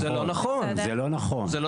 זה לא נכון.